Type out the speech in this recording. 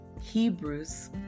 Hebrews